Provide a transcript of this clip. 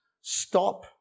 Stop